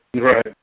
Right